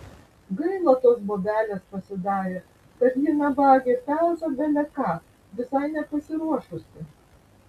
gaila tos bobelės pasidarė kad ji nabagė peza bele ką visai nepasiruošusi